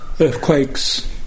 earthquakes